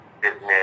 Business